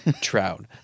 trout